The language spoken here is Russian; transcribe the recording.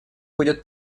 будет